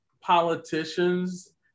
politicians